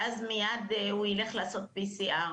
שאז מיד הוא יילך לעשות PCR,